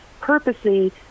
purposely